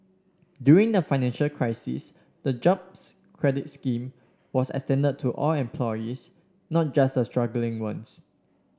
during the financial crisis the Jobs Credit scheme was extended to all employees not just the struggling ones